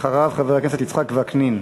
אחריו, חבר הכנסת יצחק וקנין.